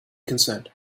concerned